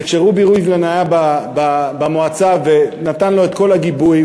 וכשרובי ריבלין היה במועצה ונתן לו את כל הגיבוי,